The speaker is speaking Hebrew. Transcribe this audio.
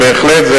בהחלט,